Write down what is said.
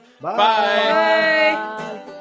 Bye